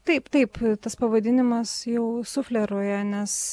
taip taip tas pavadinimas jau sufleruoja nes